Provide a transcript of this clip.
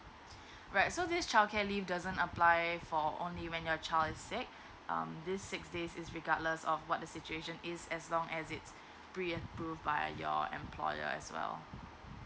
right so this childcare leave doesn't apply for only when your child is sick um this six days is regardless of what the situation is as long as it's agreed and proved by your employer as well